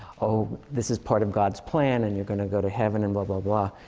oh, this is part of god's plan, and you're gonna go to heaven, and blah blah blah.